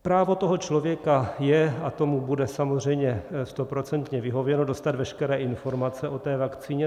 Právo toho člověka je, a tomu bude samozřejmě stoprocentně vyhověno, dostat veškeré informace o té vakcíně.